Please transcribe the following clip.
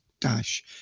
dash